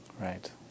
Right